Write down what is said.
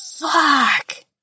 Fuck